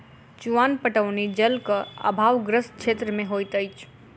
चुआन पटौनी जलक आभावग्रस्त क्षेत्र मे होइत अछि